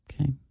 okay